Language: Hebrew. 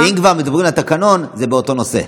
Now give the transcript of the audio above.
שאם כבר מדברים על התקנון, זה באותו נושא.